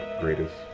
greatest